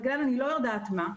בגלל אני לא יודעת מה.